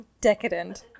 Decadent